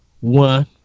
one